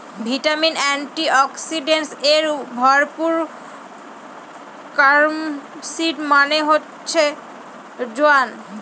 vitamin, antioxidants এ ভরপুর carom seed মানে হচ্ছে জোয়ান